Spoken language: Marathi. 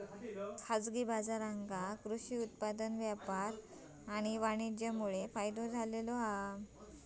खाजगी बाजारांका कृषि उत्पादन व्यापार आणि वाणीज्यमुळे फायदो झालो हा